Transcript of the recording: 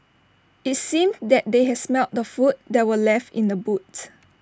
IT seemed that they had smelt the food that were left in the boots